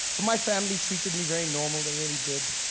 but my family treated me very normal, they really did.